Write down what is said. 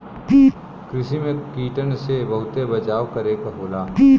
कृषि में कीटन से बहुते बचाव करे क होला